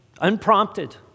Unprompted